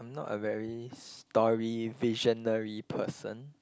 I'm not a very story visionary person